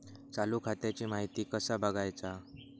चालू खात्याची माहिती कसा बगायचा?